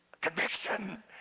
conviction